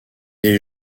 est